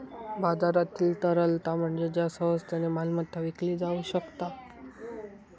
बाजारातील तरलता म्हणजे ज्या सहजतेन मालमत्ता विकली जाउ शकता